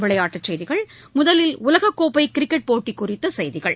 விளையாட்டுச் செய்திகள் முதலில் உலகக்கோப்பை கிரிக்கெட் போட்டி குறித்த செய்திகள்